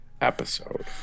episode